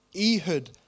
Ehud